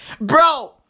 Bro